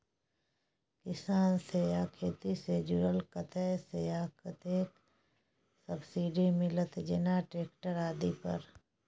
किसान से आ खेती से जुरल कतय से आ कतेक सबसिडी मिलत, जेना ट्रैक्टर आदि पर?